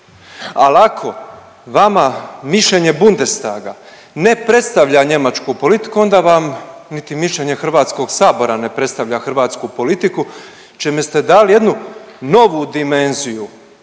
al ako vama mišljenje Bundestaga ne predstavlja njemačku politiku onda vam niti mišljenje HS ne predstavlja hrvatsku politiku, čime ste dali jednu novu dimenziju